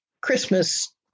Christmas